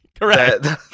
Correct